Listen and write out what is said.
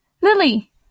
Lily